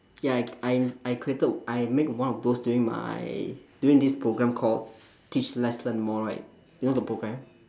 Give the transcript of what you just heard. ya I I I created I make one of those during my during this program called teach less learn more right you know the program